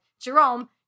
Jerome